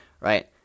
right